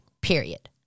period